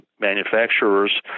manufacturers